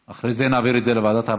אחרי זה נעביר את זה לוועדת העבודה,